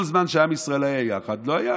כל זמן שעם ישראל היה יחד, לא היה.